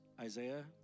Isaiah